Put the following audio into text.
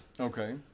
Okay